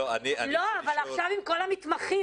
לא, אבל עכשיו עם כל המתמחים.